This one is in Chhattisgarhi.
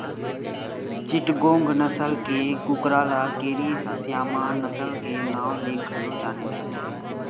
चिटगोंग नसल के कुकरा ल केरी स्यामा नसल के नांव ले घलो जाने जाथे